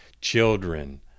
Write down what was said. children